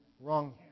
wrong